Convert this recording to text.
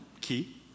key